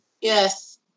Yes